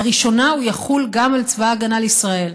לראשונה הוא יחול גם על צבא ההגנה לישראל.